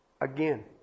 again